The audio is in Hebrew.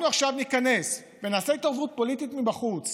עכשיו ניכנס ונעשה התערבות פוליטית מבחוץ